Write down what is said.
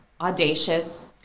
audacious